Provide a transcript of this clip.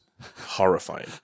horrifying